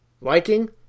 liking